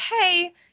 hey